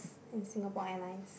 in Singapore Airlines